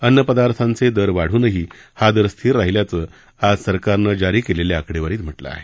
अन्न पदार्थांचे दर वाढूनही हा दर स्थिर राहिल्याचं आज सरकारनं जारी केलेल्या आकडेवारीत म्हटलं आहे